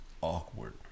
awkward